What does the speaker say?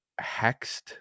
hexed